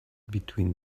between